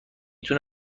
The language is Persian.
تونه